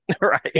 Right